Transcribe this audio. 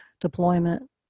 deployment